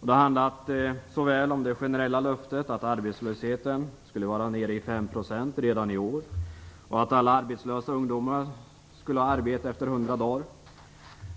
Det har handlat såväl om det generella löftet att arbetslösheten skulle vara nere vid 5 % redan i år som om att alla arbetslösa ungdomar skulle ha arbete efter hundra dagar.